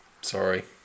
Sorry